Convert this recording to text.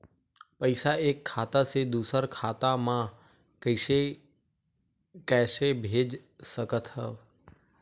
पईसा एक खाता से दुसर खाता मा कइसे कैसे भेज सकथव?